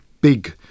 big